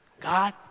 God